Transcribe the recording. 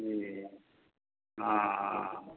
जी हँ हँ